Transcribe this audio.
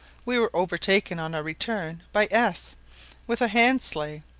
we were overtaken on our return by s with a handsleigh,